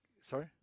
sorry